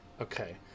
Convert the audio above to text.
okay